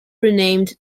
renamed